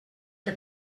que